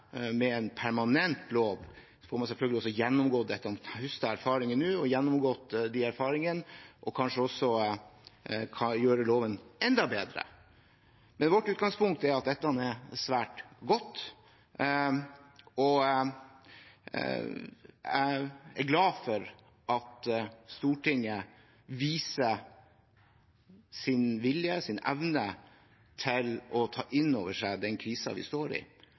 med en permanent lov, hvor man høster erfaringer og gjennomgår dem, kanskje også kan gjøre loven enda bedre. Men vårt utgangspunkt er at dette er svært godt. Jeg er glad for at Stortinget viser vilje og evne til å ta inn over seg den krisen vi står i.